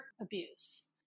abuse